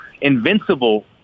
invincible